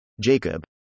Jacob